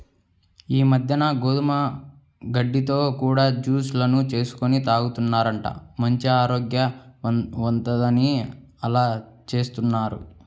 ఈ మద్దెన గోధుమ గడ్డితో కూడా జూస్ లను చేసుకొని తాగుతున్నారంట, మంచి ఆరోగ్యం వత్తందని అలా జేత్తన్నారు